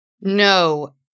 No